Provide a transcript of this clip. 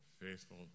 faithful